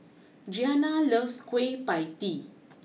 Giana loves Kueh Pie Tee